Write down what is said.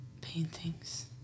paintings